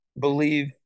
believe